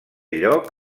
lloc